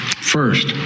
First